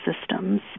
systems